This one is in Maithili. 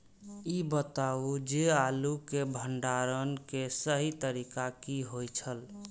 ई बताऊ जे आलू के भंडारण के सही तरीका की होय छल?